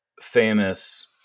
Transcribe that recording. famous